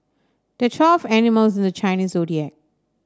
there twelve animals in the Chinese Zodiac